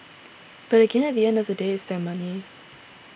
but again at the end of the day it's their money